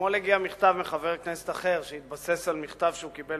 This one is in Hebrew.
אתמול הגיע מכתב מחבר כנסת אחר שהתבסס על מכתב שהוא קיבל,